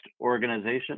organization